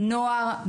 נוער,